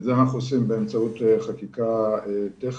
את זה אנחנו עושים באמצעות חקיקה טכנית,